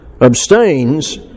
abstains